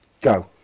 Go